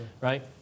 right